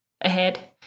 ahead